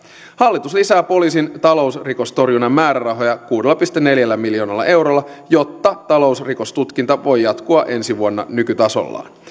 hallitus lisää poliisin talousrikostorjunnan määrärahoja kuudella pilkku neljällä miljoonalla eurolla jotta talousrikostutkinta voi jatkua ensi vuonna nykytasollaan